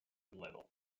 level